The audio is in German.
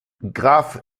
graf